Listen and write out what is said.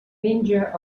penja